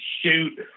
shoot